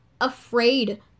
afraid